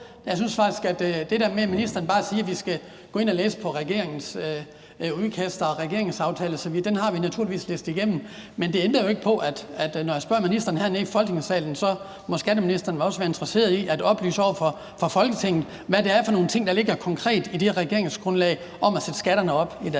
Og i forhold til det der med, at ministeren bare siger, at vi skal gå ind og læse regeringens udkast og regeringens aftale osv., vil jeg sige, at det har vi naturligvis læst igennem. Men det ændrer jo ikke på, at jeg faktisk synes, at når jeg spørger ministeren hernede i Folketingssalen, må skatteministeren vel også være interesseret i at oplyse over for Folketinget, hvad det er for nogle ting, der konkret ligger i det regeringsgrundlag om at sætte skatterne op i